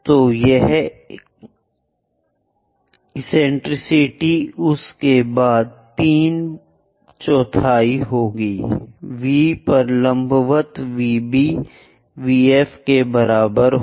तो यह कि एसेंटेरिसिटी उसके बाद तीन चौथाई होगी V पर लंबवत VB VF के बराबर है